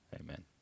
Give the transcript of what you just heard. Amen